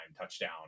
touchdown